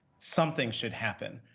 something should happen.